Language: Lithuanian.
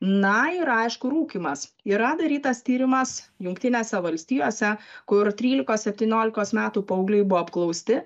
na ir aišku rūkymas yra darytas tyrimas jungtinėse valstijose kur trylikos septyniolikos metų paaugliai buvo apklausti